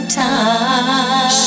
time